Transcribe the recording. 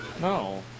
No